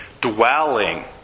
dwelling